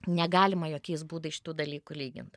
negalima jokiais būdais šitų dalykų lygint